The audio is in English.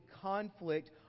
conflict